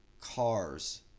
cars